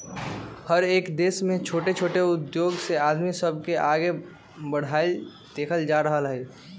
हरएक देश में छोट छोट उद्धोग से आदमी सब के आगे बढ़ईत देखल जा रहल हई